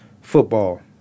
football